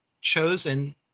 chosen